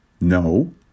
no